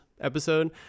episode